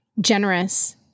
generous